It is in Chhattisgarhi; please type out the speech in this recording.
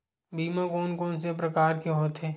बीमा कोन कोन से प्रकार के होथे?